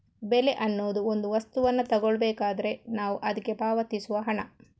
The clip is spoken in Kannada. ಬೆಲೆ ಅನ್ನುದು ಒಂದು ವಸ್ತುವನ್ನ ತಗೊಳ್ಬೇಕಾದ್ರೆ ನಾವು ಅದ್ಕೆ ಪಾವತಿಸುವ ಹಣ